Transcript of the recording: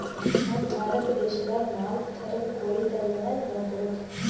ನಮ್ ಭಾರತ ದೇಶದಾಗ್ ನಾಲ್ಕ್ ಥರದ್ ಕೋಳಿ ತಳಿಗಳನ್ನ ನೋಡಬಹುದ್